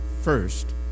First